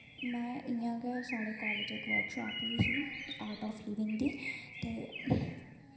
में इ'यां गै साढ़े कालेज इक वर्कशॉप होई ही आर्ट ऑफ लिविंग दी ते